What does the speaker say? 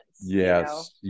Yes